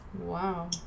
Wow